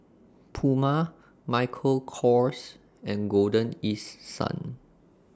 Puma Michael Kors and Golden East Sun